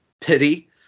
pity